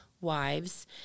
wives